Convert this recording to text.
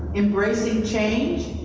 embracing change.